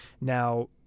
now